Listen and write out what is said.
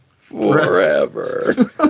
Forever